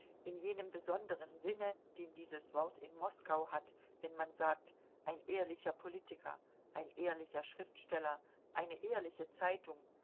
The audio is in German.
in jenem besonderen sinne den dieses wort in moskau hat wenn man sagt ein ehrlicher politiker ein ehrlicher schriftsteller eine ehrliche zeitung